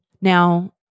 Now